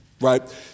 Right